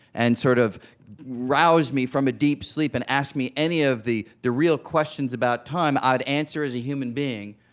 and sort of rouse me from a deep sleep and ask me any of the the real questions about time, i'd answer as a human being.